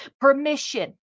permission